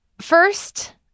first